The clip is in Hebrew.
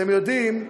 אתם יודעים,